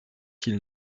qu’il